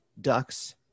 ducks